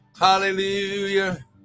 Hallelujah